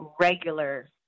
regular